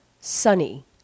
sunny